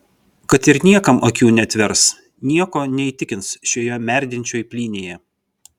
kad ir niekam akių neatvers nieko neįtikins šioje merdinčioj plynėje